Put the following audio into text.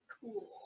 cool